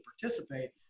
participate